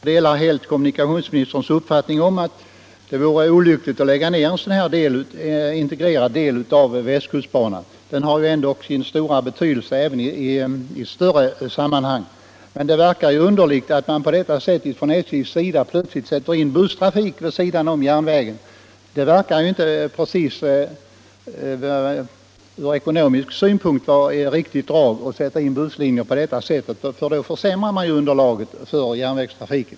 Herr talman! Jag delar helt kommunikationsministerns uppfattning om att det vore olyckligt att lägga ned en sådan här integrerad del av västkustbanan. Den har sin stora betydelse även i större sammanhang. Men det verkar underligt att SJ plötsligt sätter in busstrafik vid sidan av järnvägen. Från ekonomisk synpunkt kan det inte vara riktigt att sätta in busslinjer på detta sätt. Då försämras ju underlaget för järnvägstrafiken.